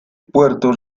puerto